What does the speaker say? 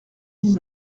dix